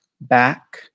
back